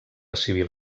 civil